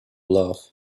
love